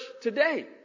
today